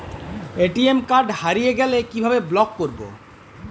ATM card হারিয়ে গেলে কিভাবে ব্লক করবো?